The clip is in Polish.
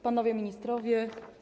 Panowie Ministrowie!